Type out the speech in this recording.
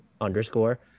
underscore